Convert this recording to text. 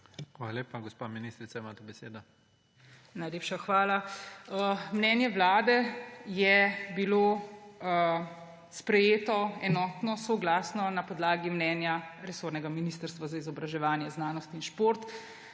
Hvala lepa. Gospa ministrica, imate besedo. DR. SIMONA KUSTEC: Najlepša hvala. Mnenje Vlade je bilo sprejeto enotno soglasno na podlagi mnenja resornega Ministrstva za izobraževanje, znanost in šport.